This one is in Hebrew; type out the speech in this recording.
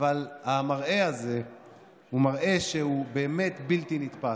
המראה הזה הוא מראה בלתי נתפס.